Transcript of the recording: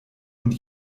und